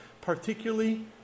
particularly